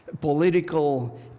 political